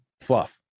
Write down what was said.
fluff